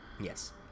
Yes